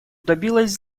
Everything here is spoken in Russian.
добилась